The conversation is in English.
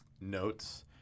Notes